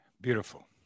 Beautiful